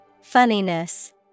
Funniness